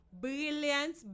Brilliant